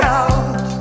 out